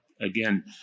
again